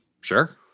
Sure